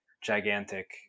gigantic